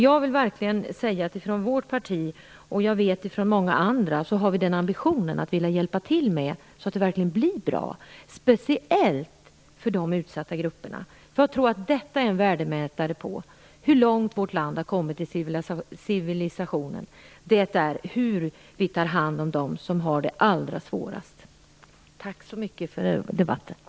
Jag vill verkligen säga att vi i vårt parti - jag vet att det också gäller många andra - har ambitionen att hjälpa till så att det verkligen blir bra, speciellt för de utsatta grupperna. Jag tror att frågan hur vi tar hand om dem som har det allra svårast är en värdemätare för hur civiliserat vårt land är. Tack så mycket för debatten.